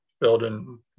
building